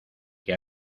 que